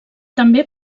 també